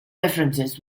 differences